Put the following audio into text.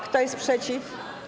Kto jest przeciw?